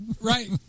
right